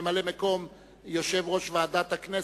ממלא-מקום יושב-ראש ועדת הכנסת,